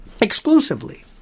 Exclusively